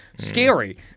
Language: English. Scary